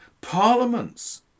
Parliaments